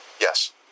Yes